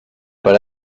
per